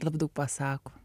labai daug pasako